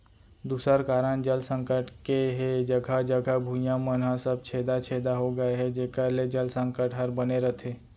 दूसर कारन जल संकट के हे जघा जघा भुइयां मन ह सब छेदा छेदा हो गए हे जेकर ले जल संकट हर बने रथे